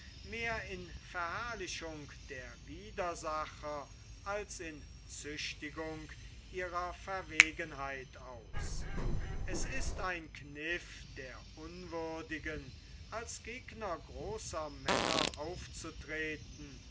mehr in verherrlichung der widersacher als in züchtigung ihrer verwegenheit aus es ist ein kniff der unwürdigen als gegner großer männer aufzutreten